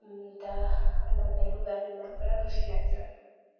अन्त मलाई लुगा किन्दा पुरा खुसी लाग्छ